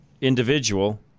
individual